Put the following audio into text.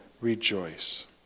rejoice